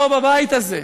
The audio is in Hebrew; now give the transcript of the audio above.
פה, בבית זה.